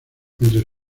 entre